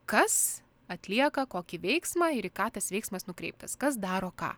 kas atlieka kokį veiksmą ir į ką tas veiksmas nukreiptas kas daro ką